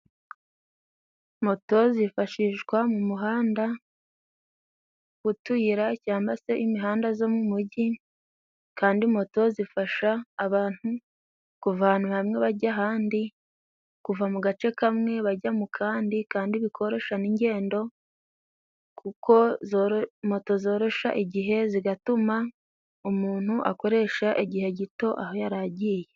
Moto zifashishwa mu muhanda g'utuyira cyamba se imihanda zo mu mugi, kandi moto zifasha abantu kuva ahantu hamwe bajya ahandi, kuva mu gace kamwe bajya mu kandi, kandi bikorosha n'ingendo kuko moto zorosha igihe zigatuma umuntu akoresha igihe gito aho yari agiye.